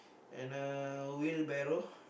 and a wheelbarrow